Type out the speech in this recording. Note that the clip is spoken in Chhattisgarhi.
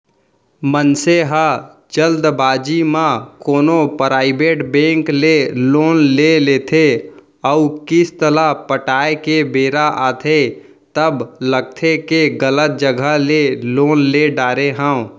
मनसे ह जल्दबाजी म कोनो पराइबेट बेंक ले लोन ले लेथे अउ किस्त ल पटाए के बेरा आथे तब लगथे के गलत जघा ले लोन ले डारे हँव